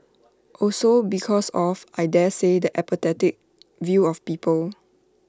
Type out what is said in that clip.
also because of I daresay the apathetic view of people